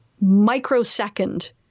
microsecond